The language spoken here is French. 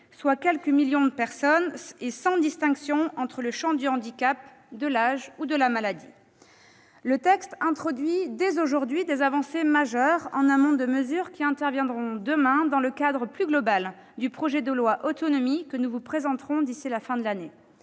soit quelques millions de personnes, sans distinction entre les champs du handicap, de l'âge ou de la maladie. Le texte introduit dès aujourd'hui des avancées majeures, en amont de mesures qui interviendront demain, dans le cadre plus global du projet de loi Autonomie, que nous vous présenterons d'ici à la fin de l'année.